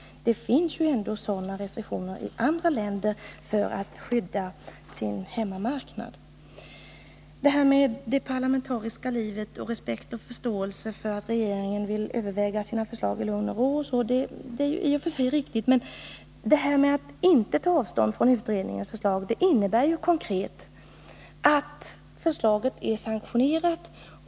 Det finns ju ändå sådana restriktioner i andra länder för att skydda hemmamarknaden där. Vad som sades om det parlamentariska livet och om respekt och förståelse för att regeringen vill överväga sina förslag i lugn och ro är i och för sig riktigt, men att inte ta avstånd från utredningens förslag innebär konkret att förslaget är sanktionerat.